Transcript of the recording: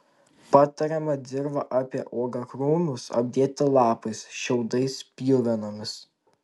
patariama dirvą apie uogakrūmius apdėti lapais šiaudais pjuvenomis